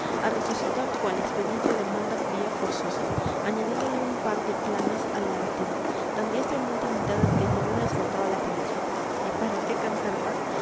a resucitar cual expediente de manda pía forzosa añadiéndole un par de planas a la antigua tan diestramente imitadas que ni aun les faltaba la polilla y para qué cansar más